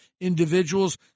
individuals